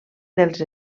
dels